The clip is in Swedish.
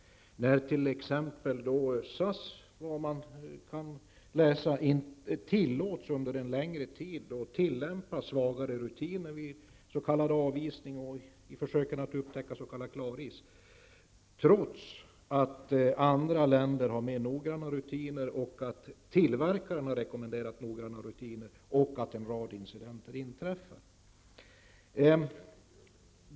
Enligt vad man kan läsa tillåts t.ex. SAS tillämpa svagare rutiner vid s.k. avisning och i försöken att upptäcka s.k. klaris, trots att man i andra länder har mera noggranna rutiner, tillverkaren har rekommenderat noggrannare rutiner och en rad incidenter har inträffat.